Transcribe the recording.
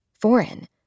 foreign